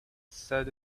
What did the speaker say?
said